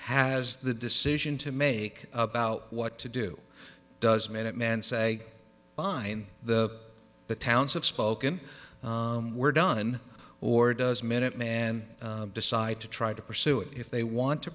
has the decision to make about what to do does minuteman say fine the towns have spoken were done or does minuteman decide to try to pursue it if they want to